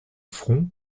front